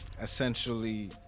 essentially